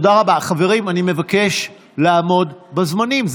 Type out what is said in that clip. חברים, אני מבקש לעמוד בזמנים.